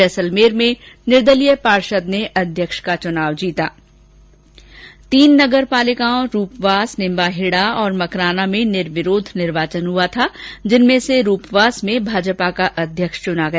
जैसलमेर में निर्दलीय पार्षद ने अध्यक्ष का चुनाव जीता तीन नगरपालिकाओं रूपवास निम्बाहेड़ा और मकराना में निर्विरोध निर्वाचन हुआ था जिनमें से रूपवास में भाजपा अध्यक्ष चुना गया